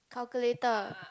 calculator